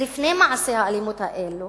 ולפני מעשי האלימות האלו,